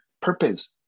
purpose